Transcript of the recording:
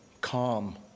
calm